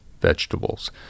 vegetables